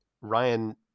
Ryan